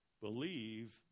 believe